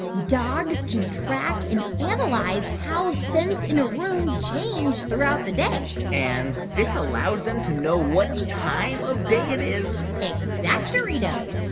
and dogs can track and analyze how scents in a room change throughout the day and this allows them to know what time of day it is exactoritos.